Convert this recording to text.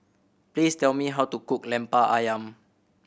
please tell me how to cook Lemper Ayam